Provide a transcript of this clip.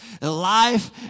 life